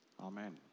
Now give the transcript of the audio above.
Amen